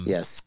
Yes